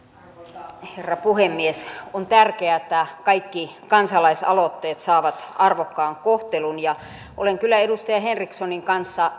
arvoisa herra puhemies on tärkeää että kaikki kansalaisaloitteet saavat arvokkaan kohtelun ja olen kyllä edustaja henrikssonin kanssa